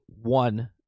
one